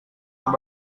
yang